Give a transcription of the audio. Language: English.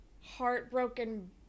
heartbroken